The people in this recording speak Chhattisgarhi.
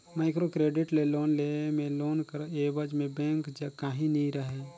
माइक्रो क्रेडिट ले लोन लेय में लोन कर एबज में बेंक जग काहीं नी रहें